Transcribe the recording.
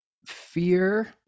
Fear